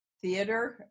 theater